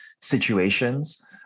situations